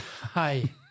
Hi